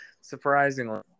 Surprisingly